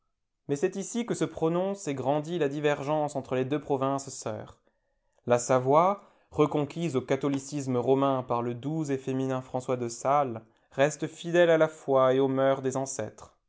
mais c'est ici que se prononce et grandit la divergence entre les deux provinces sœurs la savoie reconquise au catholicisme romain par le doux et féminin françois de sales reste fidèle à la foi et aux mœurs des ancêtres